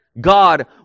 God